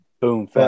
Boom